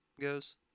goes